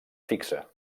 fixa